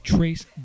Trace